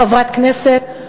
חברת כנסת,